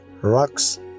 rocks